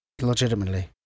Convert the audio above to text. Legitimately